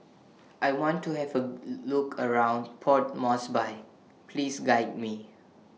I want to Have A Look around Port Moresby Please Guide Me